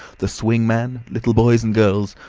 the swing man, little boys and girls,